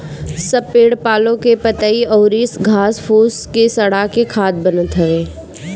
सब पेड़ पालो के पतइ अउरी घास फूस के सड़ा के खाद बनत हवे